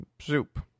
Soup